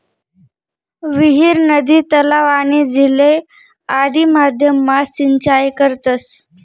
विहीर, नदी, तलाव, आणि झीले आदि माध्यम मा सिंचाई करतस